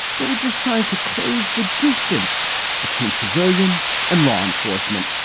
they were just trying to close the distance between civilian and law enforcement.